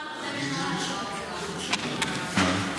מוועדת העבודה והרווחה לוועדת הבריאות